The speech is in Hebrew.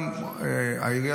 העירייה